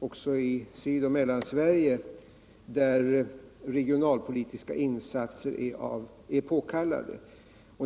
också i Syd och Mellansverige har sådana ”öar”, där regionalpolitiska insatser är påkallade.